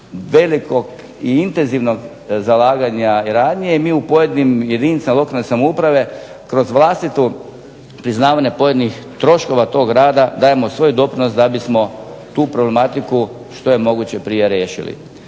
velikog i intenzivnog zalaganja i radnje, i mi u pojedinim jedinicama lokalne samouprave kroz vlastitu priznavanje pojedinih troškova tog rada dajemo svoj doprinos da bismo tu problematiku što je moguće prije riješili.